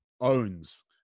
owns